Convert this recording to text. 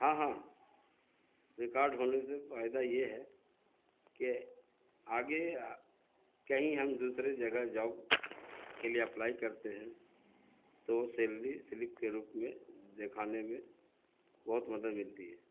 ہاں ہاں ریکارڈ ہونے سے فائدہ یہ ہے کہ آگے کہیں ہم دوسرے جگہ جاب کے لیے اپلائی کرتے ہیں تو سیلری سلپ کے روپ میں دکھانے میں بہت مدد ملتی ہے